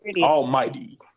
Almighty